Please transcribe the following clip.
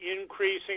increasing